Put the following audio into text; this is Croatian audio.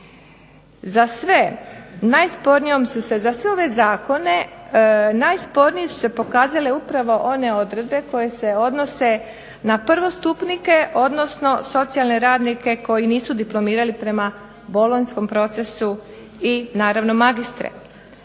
za sve ove zakone najspornije su se pokazale upravo one odredbe koje se odnose na prvostupnike, odnosno socijalne radnike koji nisu diplomirali prema bolonjskom procesu i naravno magistre.